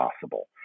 possible